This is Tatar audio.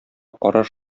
караш